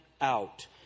out